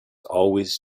always